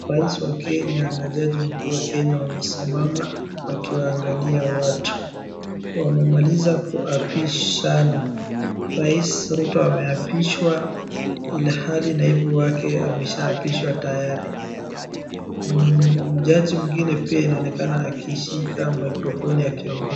Rais wa Kenya na jaji mkuu wamesimama wakiwaangalia watu, wamemaliza kuapishana. Rais Ruto ameapishwa ilhali naibu wake ameshaapishwa tayari. Jaji mwingine pia inaonekana akishika mikrofoni akiongea.